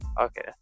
okay